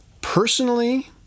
Personally